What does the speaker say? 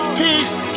peace